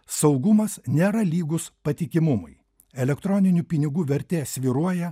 saugumas nėra lygus patikimumui elektroninių pinigų vertė svyruoja